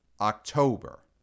October